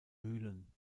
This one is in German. mühlen